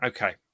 Okay